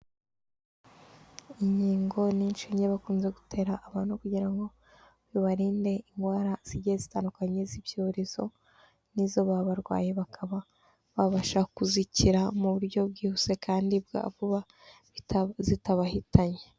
Inkingo n'inshinge bakunze gutera abantu, kugira ngo bibarinde indwara zigiye zitandukanye z'ibyorezo n'izo baha abarwaye bakaba babasha kuzikira mu buryo bwihuse kandi bwa vuba zitabahitanye.